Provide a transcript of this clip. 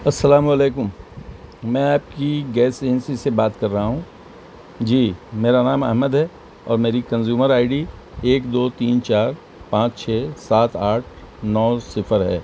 السلام علیکم میں آپ کی گیس ایجنسی سے بات کر رہا ہوں جی میرا نام احمد ہے اور میری کنزیومر آئی ڈی ایک دو تین چار پانچ چھ سات آٹھ نو صفر ہے